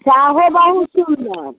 चाहो बहुत सुन्दर